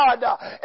God